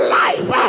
life